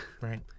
Right